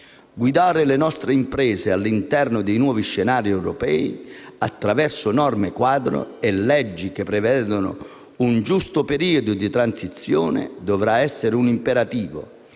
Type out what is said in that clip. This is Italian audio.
Guidare le nostre imprese all'interno di nuovi scenari europei, attraverso norme quadro e leggi che prevedano un giusto periodo di transizione, dovrà essere un imperativo.